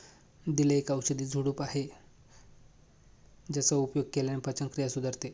दिल एक औषधी झुडूप आहे ज्याचा उपयोग केल्याने पचनक्रिया सुधारते